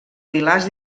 pilars